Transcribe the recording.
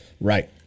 Right